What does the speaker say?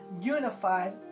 unified